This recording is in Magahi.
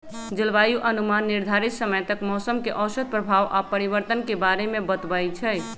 जलवायु अनुमान निर्धारित समय तक मौसम के औसत प्रभाव आऽ परिवर्तन के बारे में बतबइ छइ